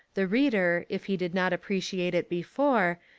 the reader, if he did not appreciate it before,